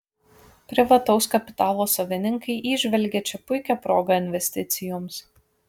privataus kapitalo savininkai įžvelgia čia puikią progą investicijoms